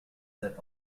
that